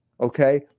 Okay